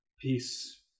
peace